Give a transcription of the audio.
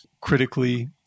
critically